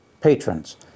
patrons